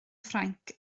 ffrainc